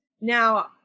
Now